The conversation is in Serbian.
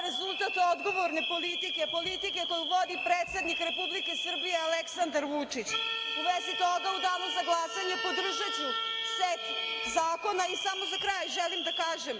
rezultat odgovorne politike, politike koju vodi predsednik Republike Srbije, Aleksandra Vučić. U vezi toga u danu za glasanje podržaću set zakon. Samo za kraj želim da kažem,